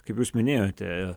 kaip jūs minėjote